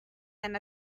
than